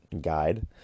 guide